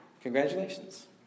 Congratulations